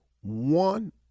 one